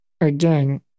again